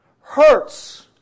hurts